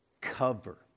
cover